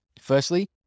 Firstly